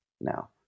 now